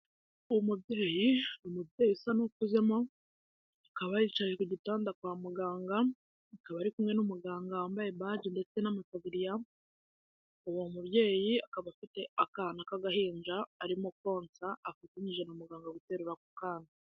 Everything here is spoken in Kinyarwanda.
Umubyeyi, umubyeyi usa n'ukuzemo, akaba yicaye ku gitanda kwa muganga, akaba ari kumwe n'umuganga wambaye baji ndetse n'itaburiya, uwo mubyeyi akaba afite akana k'agahinja arimo konsa, afatanyije na muganga guterura ako kana.